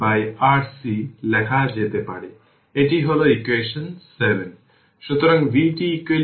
সুতরাং vA e এর power tRC বা v A e এর পাওয়ার tRC হিসাবে e t এর একটি ফাংশন তাই আমি dt লিখছি